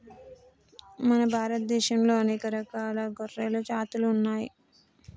మన భారత దేశంలా అనేక రకాల గొర్రెల జాతులు ఉన్నయ్యి